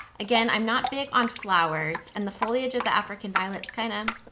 again, i'm not big on flowers and the foliage of the african violet's kinda